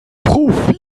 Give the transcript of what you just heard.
profit